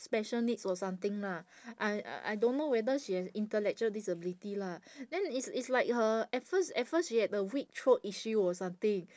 special needs or something lah I I don't know whether she has intellectual disability lah then it's it's like her at first at first she had a weak throat issue or something